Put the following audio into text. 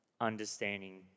understanding